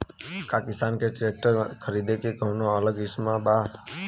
का किसान के ट्रैक्टर खरीदे खातिर कौनो अलग स्किम बा?